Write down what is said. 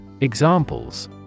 Examples